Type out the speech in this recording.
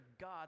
God